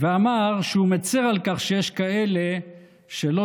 ואמר שהוא מצר על כך שיש כאלה שלא